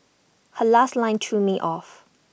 her last line threw me off